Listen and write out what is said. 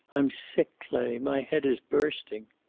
i'm sick, clay. my head is bursting.